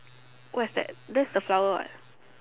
what is that that is the flower what